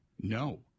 No